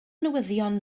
newyddion